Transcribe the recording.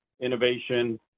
innovation